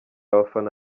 abafana